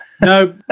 No